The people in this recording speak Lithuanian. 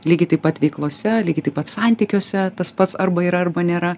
lygiai taip pat veiklose lygiai taip pat santykiuose tas pats arba yra arba nėra